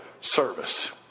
service